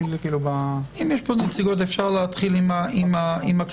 אם יש פה נציגות אפשר להתחיל עם הקטינים.